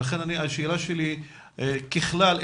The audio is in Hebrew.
ולכן השאלה שלי ככלל,